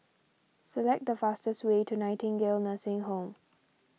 select the fastest way to Nightingale Nursing Home